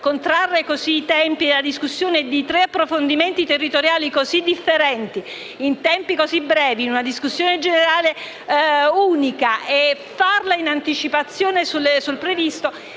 contrarre così i tempi della discussione di tre approfondimenti territoriali così differenti, in tempi così brevi, con una discussione generale unica svolta in anticipo sul previsto,